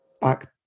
back